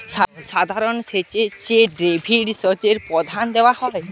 সাধারণ সেচের চেয়ে ড্রিপ সেচকে প্রাধান্য দেওয়া হয়